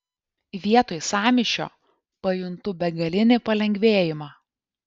vietoj sąmyšio pajuntu begalinį palengvėjimą